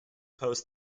pose